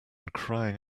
crying